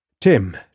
Tim